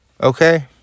Okay